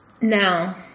Now